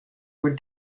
were